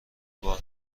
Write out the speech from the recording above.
بار